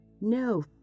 No